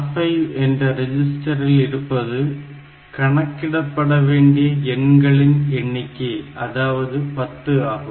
R5 என்ற ரெஜிஸ்டரில் இருப்பது கணிக்கப்பட வேண்டிய எண்களின் எண்ணிக்கை அதாவது 10 ஆகும்